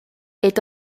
est